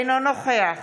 אינו נוכח